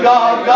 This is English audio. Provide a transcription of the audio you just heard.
God